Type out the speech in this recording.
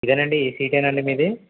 ఇదేనండి ఈ సీటేనండి మీది